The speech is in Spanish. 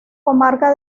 comarca